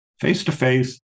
face-to-face